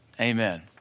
Amen